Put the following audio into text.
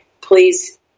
please